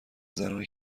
زنانی